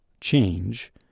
change